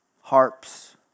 harps